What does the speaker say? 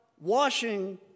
washing